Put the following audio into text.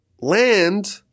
land